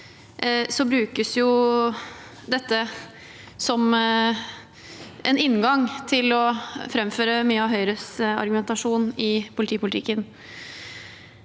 brukes dette som en inngang til å framføre mye av Høyres argumentasjon i politipolitikken.